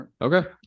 Okay